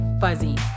Fuzzy